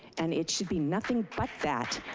and it should be nothing but that.